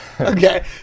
okay